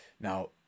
Now